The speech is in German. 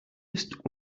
ist